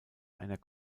einer